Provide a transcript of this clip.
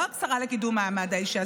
לא השרה לקידום מעמד האישה.